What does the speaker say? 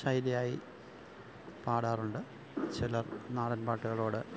ശൈലിയായി പാടാറുണ്ട് ചിലര് നാടന്പാട്ടുകളോട്